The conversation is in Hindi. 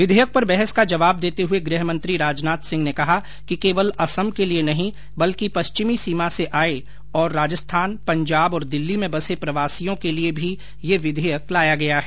विधेयक पर बहस का जवाब देते हुए गृह मंत्री राजनाथ सिंह ने कहा कि केवल असम के लिए नहीं बल्कि पश्चिमी सीमा से आए और राजस्थान पंजाब और दिल्ली में बसे प्रवासियों के लिए भी यह विधेयक लाया गया है